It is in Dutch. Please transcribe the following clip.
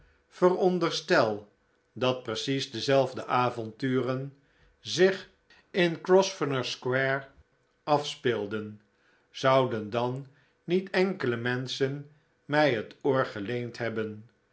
veronderstel dat precies dezelfde avonturen zich in grosvenor square afspeelden zouden dan niet enkele menschen mij het oor geleend hebben